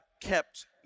kept